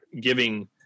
giving